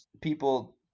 people